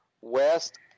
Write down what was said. West